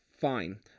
Fine